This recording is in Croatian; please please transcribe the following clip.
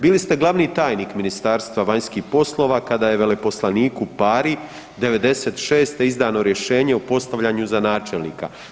Bili ste glavni tajnik Ministarstva vanjskih poslova kada je veleposlaniku Pari '96. izdano rješenje o postavljaju za načelnika.